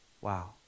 Wow